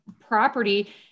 property